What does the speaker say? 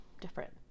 different